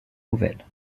nouvelles